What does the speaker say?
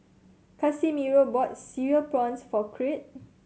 Casimiro bought Cereal Prawns for Creed